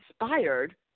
inspired